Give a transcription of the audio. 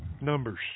numbers